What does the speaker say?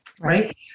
right